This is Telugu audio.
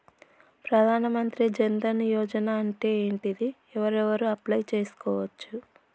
ప్రధాన మంత్రి జన్ ధన్ యోజన అంటే ఏంటిది? ఎవరెవరు అప్లయ్ చేస్కోవచ్చు?